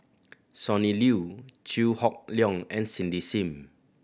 Sonny Liew Chew Hock Leong and Cindy Sim